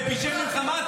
בפשעי מלחמה?